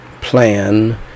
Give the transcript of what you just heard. plan